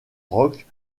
rock